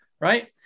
right